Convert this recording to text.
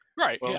Right